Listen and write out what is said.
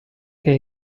che